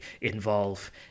involve